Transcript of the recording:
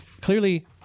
Clearly